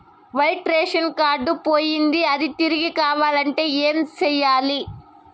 white ration card పోయింది అది తిరిగి కావాలంటే ఏం సేయాలి